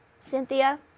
Cynthia